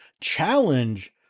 challenge